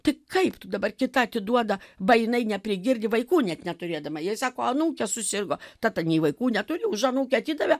tai kaip tu dabar kita atiduoda va jinai neprigirdi vaikų net neturėdama jai sako anūkė susirgo ta tai nei vaikų neturi už anūkę atidavė